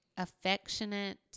affectionate